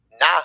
Nah